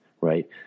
right